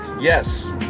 yes